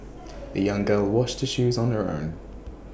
the young girl washed the shoes on her own